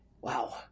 Wow